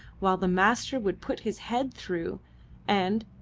while the master would put his head through and,